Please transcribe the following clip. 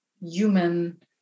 human